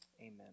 Amen